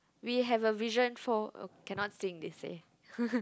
we have a vision for oh cannot sing they say